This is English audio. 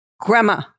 grandma